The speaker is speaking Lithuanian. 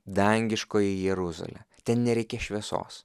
dangiškoji jeruzalė ten nereikia šviesos